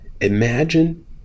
Imagine